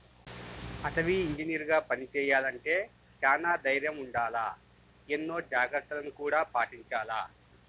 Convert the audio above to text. అటవీ ఇంజనీరుగా పని చెయ్యాలంటే చానా దైర్నం ఉండాల, ఎన్నో జాగర్తలను గూడా పాటించాల